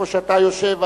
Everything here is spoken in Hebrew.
במקום שאתה יושב,